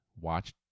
watch